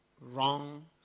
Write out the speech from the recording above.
wrong